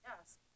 yes